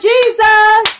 Jesus